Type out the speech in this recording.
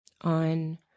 on